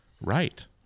right